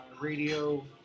radio